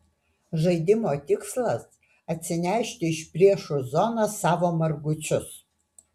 žaidimo tikslas atsinešti iš priešų zonos savo margučius